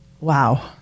Wow